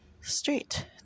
street